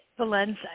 Valenza